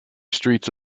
streets